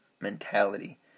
mentality